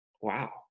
wow